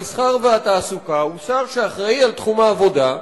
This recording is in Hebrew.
המסחר והתעסוקה הוא שר שאחראי לתחום העבודה,